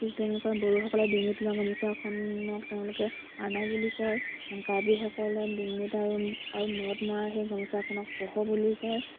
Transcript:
ঠিক তেনেকৈ বড়োসকলে ডিঙিত লোৱা গামোচাখনক তেওঁলোকে আৰ্নাই বুলি কয় কাৰ্বিসকলে ডিঙিত আৰু আৰু মূৰত মৰা সেই গামোচাখনক পখ' বুলি কয়